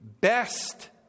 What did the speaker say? best